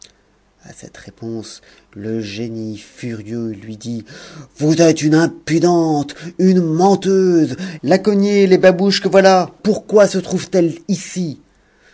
à cette réponse le génie furieux lui dit vous êtes une impudente une menteuse la cognée et les pabouches que voilà pourquoi se trouvent elles ici